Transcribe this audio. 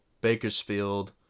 Bakersfield